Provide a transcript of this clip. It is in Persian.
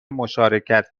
مشارکت